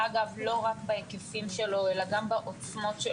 לא רק בהיקפים אלא גם בעוצמות.